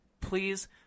please